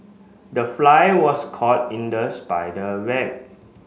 the fly was caught in the spider web